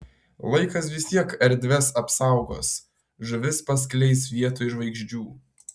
laikas vis tiek erdves apsaugos žuvis paskleis vietoj žvaigždžių